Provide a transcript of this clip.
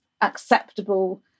acceptable